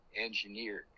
engineered